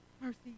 mercy